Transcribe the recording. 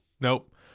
Nope